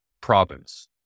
province